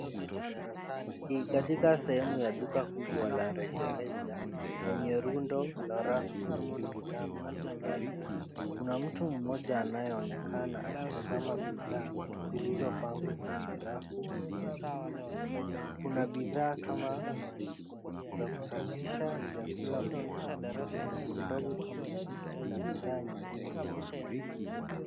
Ni katika sehemu ya duka kubwa la rejareja, lenye rundo la rafu zenye bidhaa mbalimbali. Kuna mtu mmoja anayeonekana akitazama bidhaa zilizopangwa kwenye rafu hizo. Kuna bidhaa kama za kusafisha, vyakula vya pakiti ndogondogo kama chips na bidhaa nyingine za nyumbani.